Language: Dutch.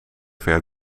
ver